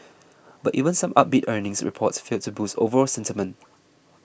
but even some upbeat earnings reports failed to boost overall sentiment